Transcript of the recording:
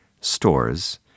stores